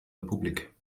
republik